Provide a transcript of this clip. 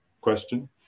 question